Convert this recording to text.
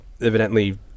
evidently